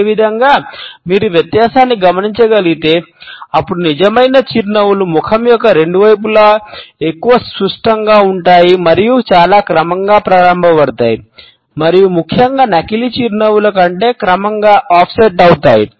అదేవిధంగా మీరు వ్యత్యాసాన్ని గమనించగలిగితే అప్పుడు నిజమైన చిరునవ్వులు ముఖం యొక్క రెండు వైపులా ఎక్కువ సుష్టంగా ఉంటాయి మరియు చాలా క్రమంగా ప్రారంభమవుతాయి మరియు ముఖ్యంగా నకిలీ చిరునవ్వుల కంటే చాలా క్రమంగా ఆఫ్సెట్ అవుతాయి